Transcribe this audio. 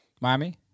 Miami